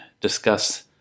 discuss